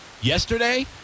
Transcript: Yesterday